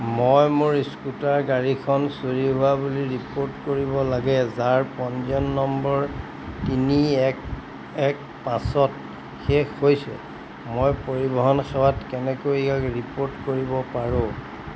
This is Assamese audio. মই মোৰ স্কুটাৰ গাড়ীখন চুৰি হোৱা বুলি ৰিপ'ৰ্ট কৰিব লাগে যাৰ পঞ্জীয়ন নম্বৰ তিনি এক এক পাঁচত শেষ হৈছে মই পৰিবহণ সেৱাত কেনেকৈ ইয়াক ৰিপ'ৰ্ট কৰিব পাৰোঁ